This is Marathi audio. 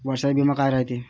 वर्षाचा बिमा रायते का?